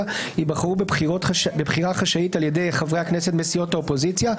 ייבחרו בבחירה חשאית על ידי חברי הכנסת מסיעות האופוזיציה,